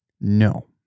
no